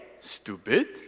Stupid